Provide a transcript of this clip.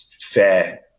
fair